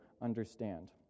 understand